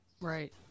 Right